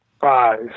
Five